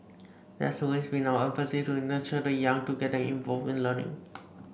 that's always been our emphasis to nurture the young to get them involved in learning